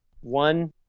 one